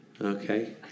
Okay